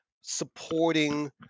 supporting